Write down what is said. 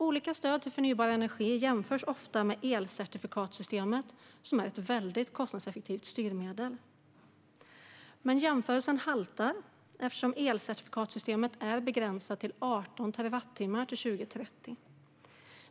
Olika stöd till förnybar energi jämförs ofta med elcertifikatssystemet, som är ett väldigt kostnadseffektivt styrmedel. Men jämförelsen haltar eftersom elcertifikatssystemet är begränsat till 18 terawattimmar till 2030.